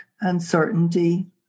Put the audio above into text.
uncertainty